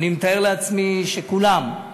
אני מתאר לעצמי שכולם,